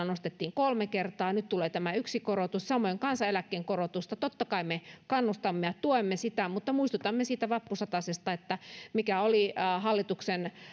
nostettiin kolme kertaa nyt tulee tämä yksi korotus samoin kansaneläkkeen korotusta totta kai me kannustamme ja tuemme mutta muistutamme siitä vappusatasesta että mikä oli hallituksen